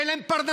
אין להם פרנסה.